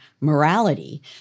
morality